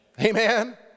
Amen